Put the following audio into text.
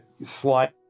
slide